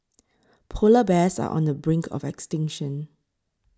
Polar Bears are on the brink of extinction